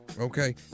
Okay